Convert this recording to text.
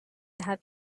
have